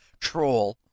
troll